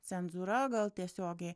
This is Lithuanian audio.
cenzūra gal tiesiogiai